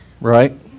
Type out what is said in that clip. right